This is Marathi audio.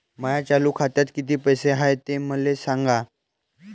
माया चालू खात्यात किती पैसे हाय ते मले सांगा